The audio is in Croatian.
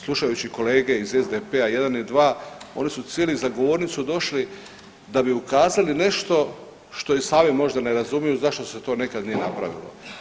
Slušajući kolege iz SDP-a jedan i dva, oni su sjeli za govornicu, došli da bi ukazali nešto što i sami možda ne razumiju zašto se to nekad nije napravilo.